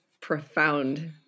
profound